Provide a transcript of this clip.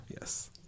yes